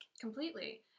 Completely